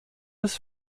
des